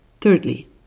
Thirdly